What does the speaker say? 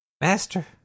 Master